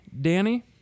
Danny